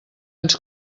ens